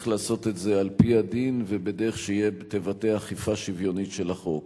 צריך לעשות את זה על-פי הדין ובדרך שתבטא אכיפה שוויונית של החוק.